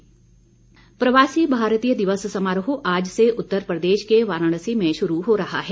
प्रवासी भारतीय दिवस प्रवासी भारतीय दिवस समारोह आज से उत्तर प्रदेश के वाराणसी में शुरु हो रहा है